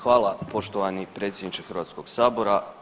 Hvala poštovani predsjedniče Hrvatskog sabora.